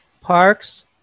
parks